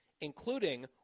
including